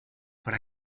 por